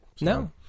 No